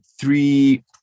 three